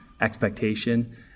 expectation